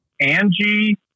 Angie